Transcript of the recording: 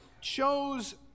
chose